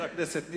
חבר הכנסת נסים,